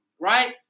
Right